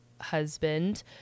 husband